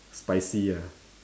spicy ah